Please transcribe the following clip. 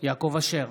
יעקב אשר,